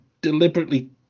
deliberately